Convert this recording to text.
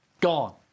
gone